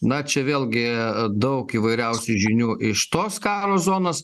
na čia vėlgi daug įvairiausių žinių iš tos karo zonos